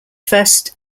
first